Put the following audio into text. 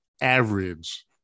average